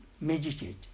meditate